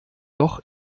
doch